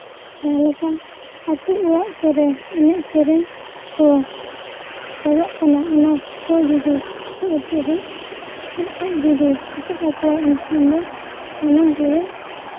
ᱡᱟᱦᱟᱸ ᱞᱮᱠᱟ ᱟᱹᱛᱩ ᱚᱲᱟᱜ ᱠᱚᱨᱮ ᱮᱱᱮᱡ ᱥᱮᱨᱮᱧ ᱠᱚ ᱪᱟᱞᱟᱜ ᱠᱟᱱᱟ ᱚᱱᱟ ᱠᱚ ᱡᱩᱫᱤ ᱥᱮᱪᱮᱫ ᱛᱟᱦᱮᱸ ᱡᱩᱫᱤ ᱥᱮᱪᱮᱫ ᱟᱠᱚᱣᱟᱭ ᱮᱱᱠᱷᱟᱱ ᱫᱚ ᱥᱟᱱᱟᱢ ᱠᱚᱜᱮ